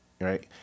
Right